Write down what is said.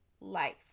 life